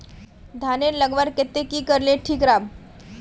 धानेर लगवार केते की करले ठीक राब?